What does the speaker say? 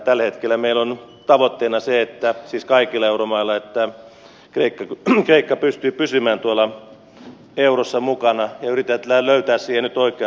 tällä hetkellä meillä siis kaikilla euromailla on tavoitteena se että kreikka pystyy pysymään tuolla eurossa mukana ja yritetään löytää siihen nyt oikeat ratkaisut